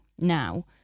now